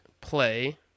play